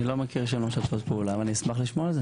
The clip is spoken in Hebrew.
אני לא מכיר שהן לא משתפות פעולה ואני אשמח לשמוע על זה.